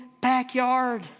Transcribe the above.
backyard